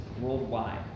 worldwide